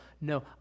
no